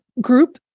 group